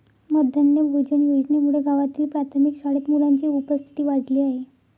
माध्यान्ह भोजन योजनेमुळे गावातील प्राथमिक शाळेत मुलांची उपस्थिती वाढली आहे